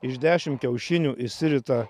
iš dešimt kiaušinių išsirita